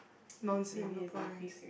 non Singaporeans